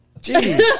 Jeez